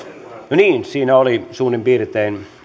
niin siinä oli suurin piirtein